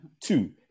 Two